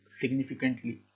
significantly